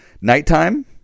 Nighttime